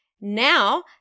Now